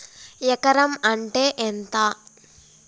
ఎకరం అంటే ఎంత?